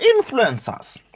influencers